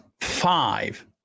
five